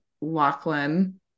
Lachlan